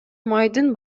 майдын